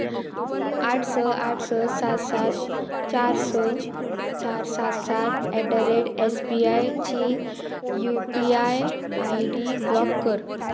आठ स आठ स सात सात चार स चार सात सात at the rate S B I ची U P I I D block कर